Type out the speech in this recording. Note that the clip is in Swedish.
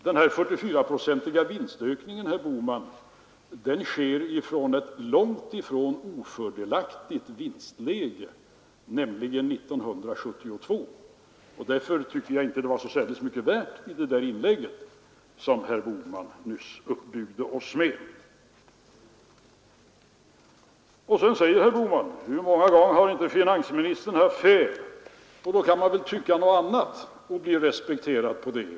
Den 44-procentiga vinstökningen, herr Bohman, sker från ett långt ifrån ofördelaktigt utgångsläge, nämligen år 1972, och därför tycker jag inte att det fanns så särskilt mycket värde i det inlägg som herr Bohman nyss uppbyggde oss med. Sedan säger herr Bohman: Hur många gånger har inte finansministern haft fel. Man kan väl få tycka något annat och bli respekterad för det.